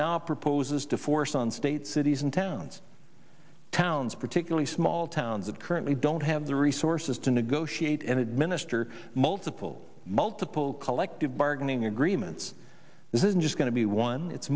now proposes to force on states cities and towns towns particularly small towns of currently don't have the resources to negotiate and administer multiple multiple collective bargaining agreements this isn't just going to be one it's